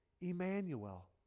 Emmanuel